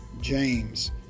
James